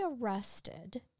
arrested